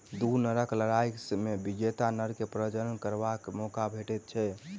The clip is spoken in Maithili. दू नरक लड़ाइ मे विजेता नर के प्रजनन करबाक मौका भेटैत छै